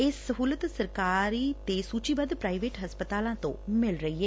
ਇਹ ਸਹੁਲਤ ਸਰਕਾਰੀ ਡੇ ਸੁਚੀਬੱਧ ਪ੍ਰਾਈਵੇਟ ਹਸਪਤਾਲਾਂ ਤੋ ਮਿਲ ਰਹੀ ਏ